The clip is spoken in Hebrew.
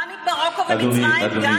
גם במרוקו ומצרים?